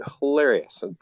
hilarious